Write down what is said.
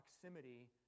proximity